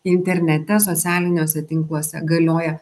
internete socialiniuose tinkluose galioja